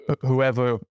whoever